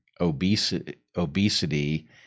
obesity